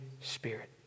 Spirit